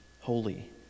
holy